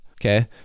Okay